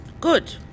Good